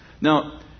Now